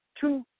two